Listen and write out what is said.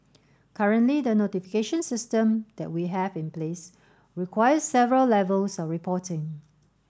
currently the notification system that we have in place requires several levels of reporting